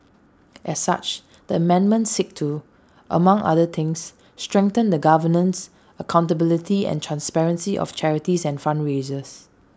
as such the amendments seek to among other things strengthen the governance accountability and transparency of charities and fundraisers